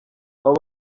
abo